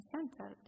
Center